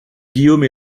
guillaume